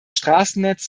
straßennetz